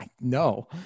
No